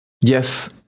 Yes